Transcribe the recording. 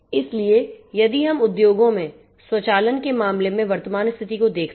इसलिए यदि हम उद्योगों में स्वचालन के मामले में वर्तमान स्थिति को देखते हैं